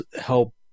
help